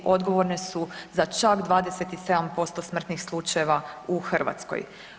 Odgovorne su za čak 27% smrtnih slučajeva u Hrvatskoj.